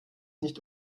nicht